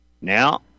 Now